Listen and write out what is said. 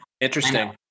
Interesting